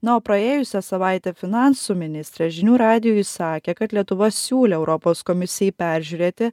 na o praėjusią savaitę finansų ministrė žinių radijui sakė kad lietuva siūlė europos komisijai peržiūrėti